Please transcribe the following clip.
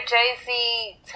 Jay-Z